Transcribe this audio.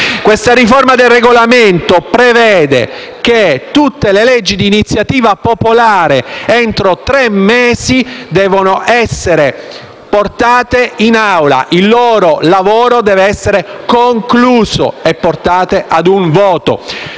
Questa riforma del Regolamento prevede che tutte le leggi di iniziativa popolare, entro tre mesi, debbano essere portate in Assemblea, il loro lavoro deve essere concluso e portato ad un voto